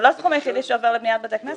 זה לא הסכום היחידי שעובר לבניית בתי הכנסת,